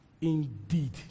indeed